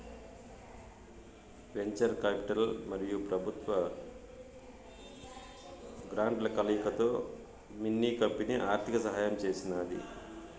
venture capital మరియు పెబుత్వ గ్రాంట్ల కలయికతో మిన్ని కంపెనీ ఆర్థిక సహాయం చేసినాది